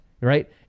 right